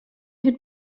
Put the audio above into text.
had